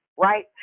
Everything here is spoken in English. right